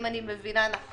אם אני מבינה נכון,